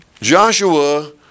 Joshua